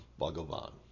Bhagavan